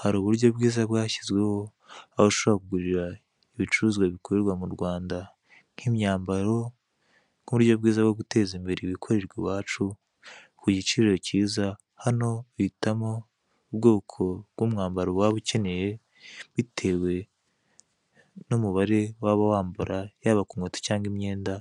Hari uburyo bwiza bwashyizweho, aho ushobora kugurira ibicuruzwa bikorerwa mu Rwanda nk'imyambaro nk'uburyo bwiza bwo guteza imbere ibikorerwa iwacu ku giciro cyiza, hano uhitamo ubwoko bw'umwambaro waba ukeneye bitewe n'umubare waba wambara, yaba ku nkweto cyangwa imyenda,